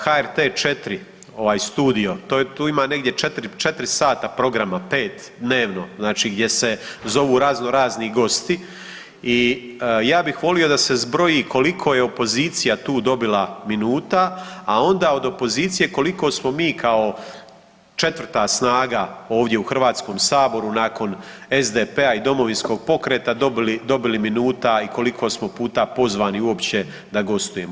HRT4 ovaj studio tu ima negdje 4 sata programa, 5 dnevno, znači gdje se zovu razno razni gosti i ja bih volio da se zbroji koliko je opozicija tu dobila minuta, a onda od opozicije koliko smo mi kao 4 snaga ovdje u Hrvatskom saboru nakon SDP-a i Domovinskog pokreta dobili minuta i koliko smo puta pozvani uopće da gostujemo.